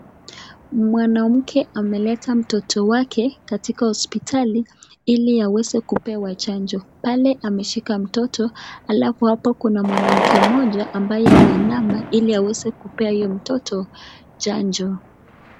Mwanamke ameleta mtoto wake katika hospitali ili aweze kupewa chanjo, pe ameshika mtoto halafu hapa kuna mwanamke mmoja ambaye ameinama ili aweze kuoea huyo mtoto chanjo.